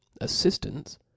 assistance